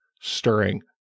stirring